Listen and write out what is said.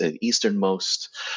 easternmost